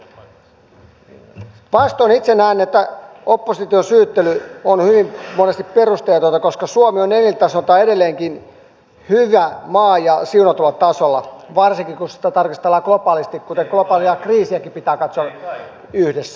itse näen että opposition syyttely on hyvin monesti perusteetonta koska suomi on elintasoltaan edelleenkin hyvä maa ja siunatulla tasolla varsinkin kun sitä tarkastellaan globaalisti kuten globaalia kriisiäkin pitää katsoa yhdessä